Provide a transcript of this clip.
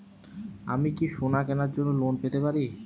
আমি কি সোনা কেনার জন্য লোন পেতে পারি?